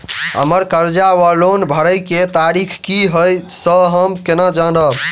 हम्मर कर्जा वा लोन भरय केँ तारीख की हय सँ हम केना जानब?